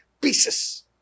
pieces